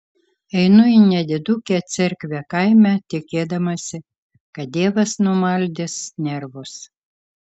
einu į nedidukę cerkvę kaime tikėdamasi kad dievas numaldys nervus